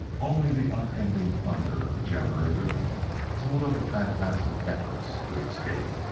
only the unending thunder of the generator told of the frantic efforts to escape.